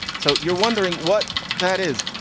so you're wondering what that is.